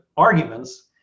arguments